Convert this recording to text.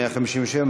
157,